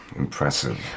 Impressive